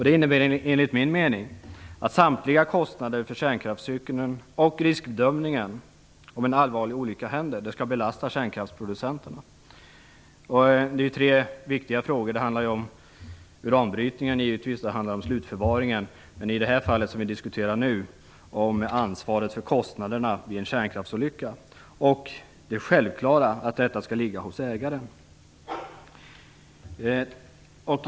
Det innebär enligt min mening att samtliga kostnader för kärnkraftscykeln och riskbedömningen om en allvarlig olycka händer skall belasta kärnkraftsproducenterna. Det är tre viktiga frågor. Det handlar givetvis om uranbrytningen. Det handlar om slutförvaringen. I det fall vi diskuterar nu handlar det om ansvaret för kostnaderna vid en kärnkraftsolycka och det självklara i att detta skall ligga hos ägaren.